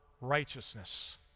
righteousness